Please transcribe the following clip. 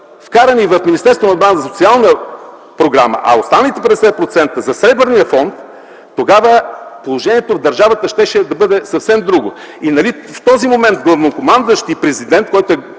отбраната за социална програма, а останалите 50% за „Сребърния фонд”, тогава положението в държавата щеше да бъде съвсем друго. Нали в този момент главнокомандващ и президент, който е